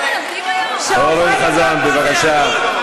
אורן חזן, בבקשה.